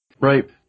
Right